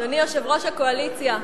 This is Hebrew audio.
אדוני יושב-ראש הקואליציה.